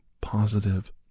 positive